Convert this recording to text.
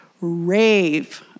rave